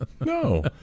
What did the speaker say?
No